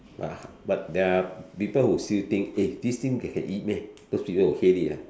but but there are people who still think eh this thing can eat meh those people will hate it ah